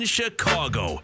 Chicago